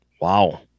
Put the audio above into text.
Wow